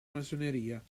massoneria